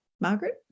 Margaret